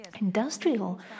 industrial